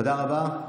תודה רבה.